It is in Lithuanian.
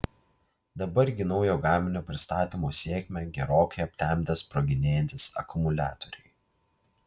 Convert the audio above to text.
dabar gi naujo gaminio pristatymo sėkmę gerokai aptemdė sproginėjantys akumuliatoriai